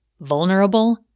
vulnerable